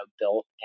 built